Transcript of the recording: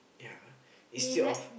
yeah instead of